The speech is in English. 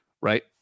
Right